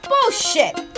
Bullshit